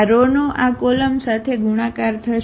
આ રો નો આ કોલમ સાથે ગુણાકાર થશે